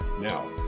Now